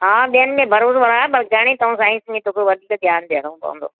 हा ॿियनि में भरोसो आहे बसि गणित ऐं साइंस में तोखे वधीक ध्यानु ॾियणो पवंदो